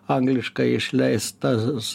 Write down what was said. angliškai išleistas